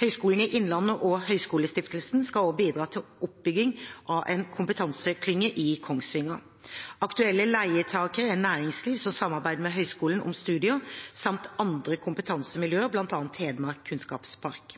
Høgskolen i Innlandet og Høgskolestiftelsen skal også bidra til oppbygging av en kompetanseklynge i Kongsvinger. Aktuelle leietakere er næringsliv som samarbeider med høgskolen om studier samt andre kompetansemiljøer, bl.a. Hedmark Kunnskapspark.